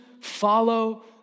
Follow